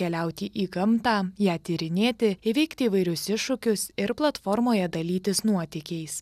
keliauti į gamtą ją tyrinėti įveikti įvairius iššūkius ir platformoje dalytis nuotykiais